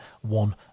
one